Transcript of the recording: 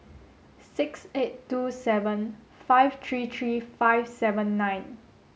six eight two seven five three three five seven nine